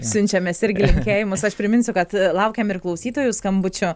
siunčiam mes irgi linkėjimus aš priminsiu kad laukiam ir klausytojų skambučio